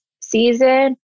season